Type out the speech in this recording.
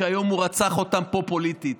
שהיום הוא רצח אותם פה פוליטית,